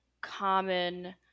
common